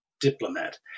diplomat